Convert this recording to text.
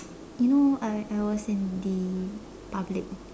you know I I was in the public